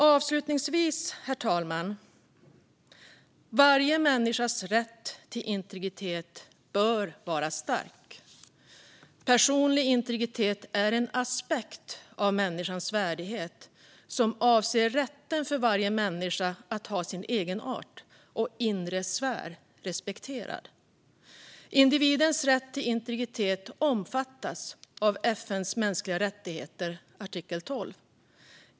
Avslutningsvis, herr talman, bör varje människas rätt till integritet vara stark. Personlig integritet är en aspekt av människans värdighet som avser rätten för varje människa att ha sin egenart och inre sfär respekterad. Individens rätt till integritet omfattas av FN:s mänskliga rättigheter, artikel 12.